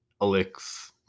Elix